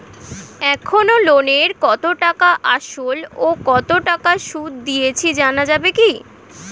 এখনো লোনের কত টাকা আসল ও কত টাকা সুদ দিয়েছি জানা যাবে কি?